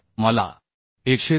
तर मला 193